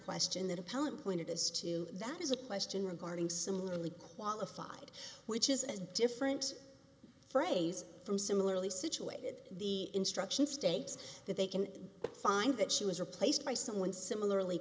question that appellant pointed as to that is a question regarding similarly qualified which is a different phrase from similarly situated the instruction states that they can find that she was replaced by someone similarly